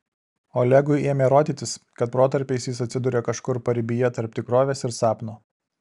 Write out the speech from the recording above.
olegui ėmė rodytis kad protarpiais jis atsiduria kažkur paribyje tarp tikrovės ir sapno